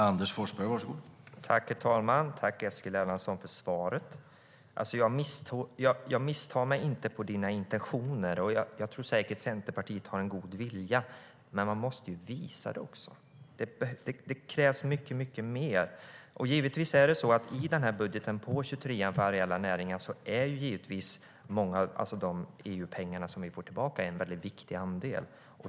Herr talman! Jag vill tacka dig för svaret, Eskil Erlandsson.I budgetens utgiftsområde 23 för areella näringar är givetvis de EU-pengar som vi får tillbaka en viktig andel.